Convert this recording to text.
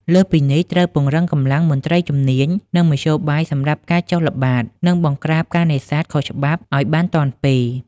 លើសពីនេះ ត្រូវពង្រឹងកម្លាំងមន្ត្រីជំនាញ និងមធ្យោបាយសម្រាប់ការចុះល្បាត និងបង្ក្រាបការនេសាទខុសច្បាប់ឲ្យបានទាន់ពេល។